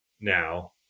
now